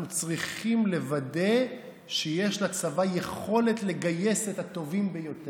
אנחנו צריכים לוודא שיש לצבא יכולת לגייס את הטובים ביותר.